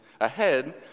ahead